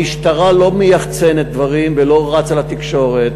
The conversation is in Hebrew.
המשטרה לא מייחצנת דברים ולא רצה לתקשורת.